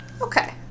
Okay